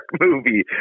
movie